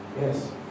Yes